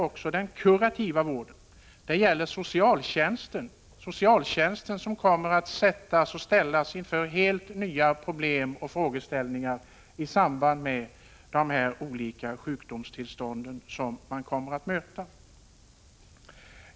Också den kurativa vården inom socialtjänsten kommer att ställas inför helt nya problem och frågeställningar i samband med de olika sjukdomstillstånd som det gäller.